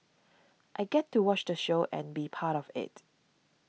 I get to watch the show and be part of it